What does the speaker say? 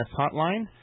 hotline